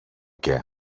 què